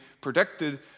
predicted